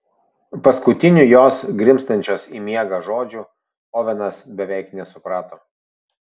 paskutinių jos grimztančios į miegą žodžių ovenas beveik nesuprato